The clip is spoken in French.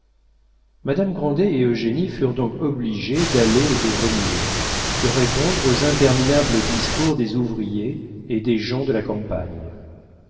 madame grandet et eugénie furent donc obligées d'aller et de venir de répondre aux interminables discours des ouvriers et des gens de la campagne